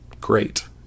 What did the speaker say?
great